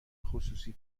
خصوصی